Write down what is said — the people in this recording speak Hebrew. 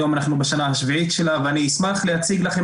היום אנחנו בשנה השביעית שלה ואני אשמח להציג לכם